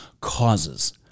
causes